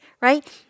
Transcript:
right